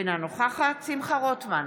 אינה נוכחת שמחה רוטמן,